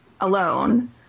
alone